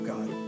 God